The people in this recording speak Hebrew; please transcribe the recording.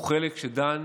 הוא חלק שדן